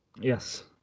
Yes